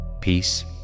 peace